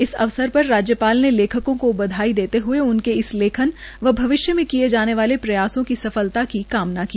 इस अवसर पर राज्यपाल के लेखकों को बधाई देते हए उनके लेखक व भविष्य में किए जाने वाले प्रयासों की सफलता की कामना की